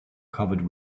covered